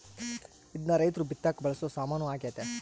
ಇದ್ನ ರೈರ್ತು ಬಿತ್ತಕ ಬಳಸೊ ಸಾಮಾನು ಆಗ್ಯತೆ